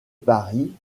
paris